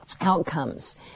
outcomes